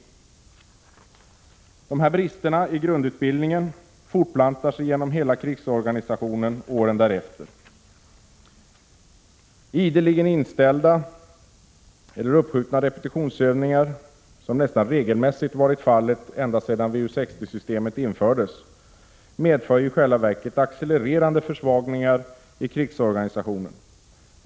Dessa brister i grundutbildningen fortplantar sig genom hela krigsorganisationen åren därefter. Ideligen inställda eller uppskjutna repetitionsövningar, vilket nästan regelmässigt varit fallet ända sedan VU 60-systemet infördes, medför i själva verket accelererande försvagningar i krigsorganisationen.